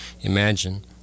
imagine